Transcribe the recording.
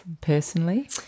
personally